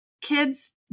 kids